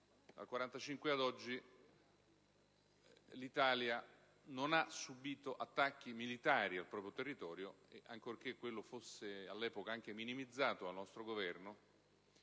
Dal '45 ad oggi l'Italia non ha subito attacchi militari al proprio territorio e, ancorché quello fosse stato all'epoca anche minimizzato dal nostro Governo